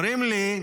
אומרים לי: